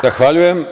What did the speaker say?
Zahvaljujem.